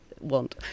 want